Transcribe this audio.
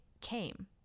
came